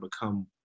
become